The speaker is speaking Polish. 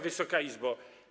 Wysoka Izbo!